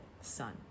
son